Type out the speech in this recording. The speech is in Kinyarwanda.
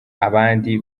abandi